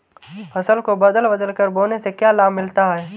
फसल को बदल बदल कर बोने से क्या लाभ मिलता है?